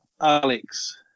Alex